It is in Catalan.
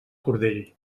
cordell